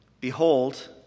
Behold